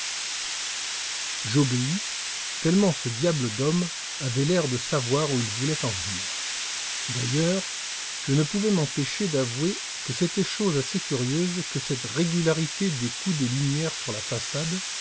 j'obéis tellement ce diable d'homme avait l'air de savoir où il voulait en venir d'ailleurs je ne pouvais m'empêcher d'avouer que c'était chose assez curieuse que cette régularité des coups de lumière sur la façade